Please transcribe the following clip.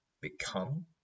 become